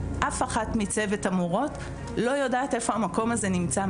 אף אחת מצוות המורות לא יודעת איפה המקום הזה נמצא,